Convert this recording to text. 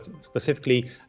specifically